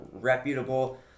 reputable